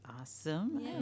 awesome